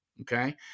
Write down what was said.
Okay